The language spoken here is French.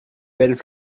belle